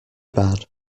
bad